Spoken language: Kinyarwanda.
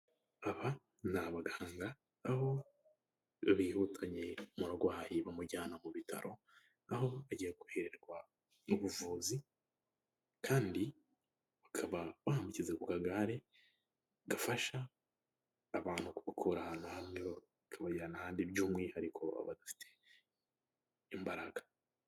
Aba ni abaganga aho bihutanye umurwayi bamujyana mu bitaro, aho agiye guhererwa ubuvuzi kandi bakaba bamushyize ku kagare gafasha abantu kubara ahantu hamwe kabajyana ahandi by'umwihariko abadafite imbaraga.